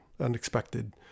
unexpected